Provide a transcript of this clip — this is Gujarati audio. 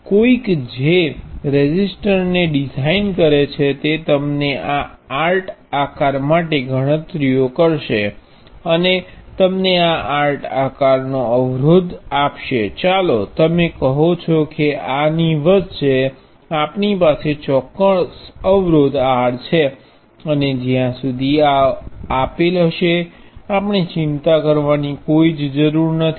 હવે કોઈક જે રેઝિસ્ટરને ડિઝાઇન કરે છે તે તમને આ આર્ટ આકાર માટે ગણતરીઓ કરશે અને તમને આ આર્ટ આકારનો અવરોધ આપશે ચાલો તમે કહો છો કે આ ની વચ્ચે આપણી પાસે ચોક્કસ અવરોધ R છે અને જ્યાં સુધી આ આપેલ હશે આપણે ચિંતા કરવાની જરૂર નથી